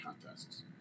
contests